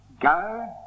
Go